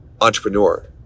entrepreneur